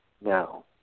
Now